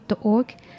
org